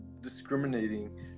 discriminating